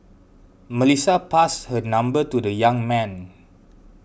Melissa passed her number to the young man